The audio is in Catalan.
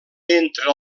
entre